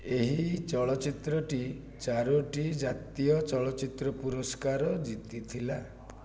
ଏହି ଚଳଚ୍ଚିତ୍ରଟି ଚାରୋଟି ଜାତୀୟ ଚଳଚ୍ଚିତ୍ର ପୁରସ୍କାର ଜିତିଥିଲା